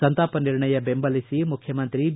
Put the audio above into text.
ಸಂತಾಪ ನಿರ್ಣಯ ದೆಂಬಲಿಸಿ ಮುಖ್ಯಮಂತ್ರಿ ಬಿ